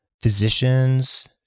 physicians